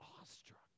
awestruck